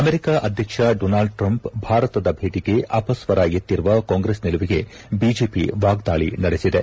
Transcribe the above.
America ಅಧ್ಯಕ್ಷ Donald Trump ಭಾರತದ ಭೇಟಿಗೆ ಅಪಸ್ವರ ಎತ್ತಿರುವ ಕಾಂಗ್ರೆಸ್ ನಿಲುವುಗೆ ಬಿಜೆಪಿ ವಾಗ್ದಾಳ ನಡೆಸಿದೆ